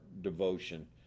devotion